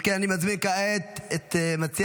אם כן, אני מזמין כעת את המציע,